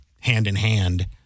hand-in-hand